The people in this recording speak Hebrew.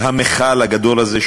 המכל הגדול הזה,